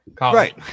right